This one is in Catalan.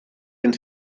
ens